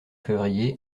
février